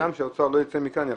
וגם שהאוצר לא ייצא מפה ויחשוב: